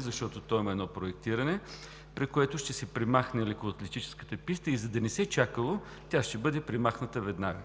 защото има едно проектиране, при което ще се премахне лекоатлетическата писта, и за да не се чакало, тя ще бъде премахната веднага.